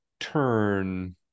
turn